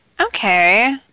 Okay